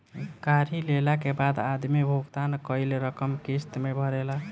गाड़ी लेला के बाद आदमी भुगतान कईल रकम किस्त में भरेला